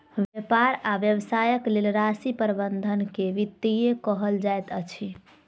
व्यापार आ व्यवसायक लेल राशि प्रबंधन के वित्तीयन कहल जाइत अछि